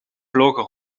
vlogen